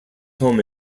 home